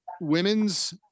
women's